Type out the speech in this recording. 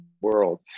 world